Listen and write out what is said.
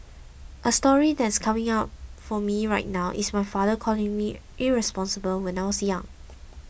a story that's coming up for me right now is my father calling me irresponsible when I was young